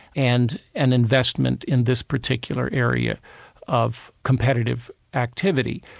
and and investment in this particular area of competitive activity.